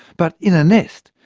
but in a nest,